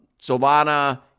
Solana